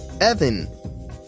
Evan